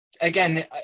again